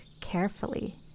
carefully